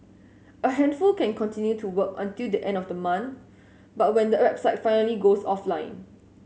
a handful can continue to work until the end of the month but when the website finally goes offline